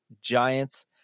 giants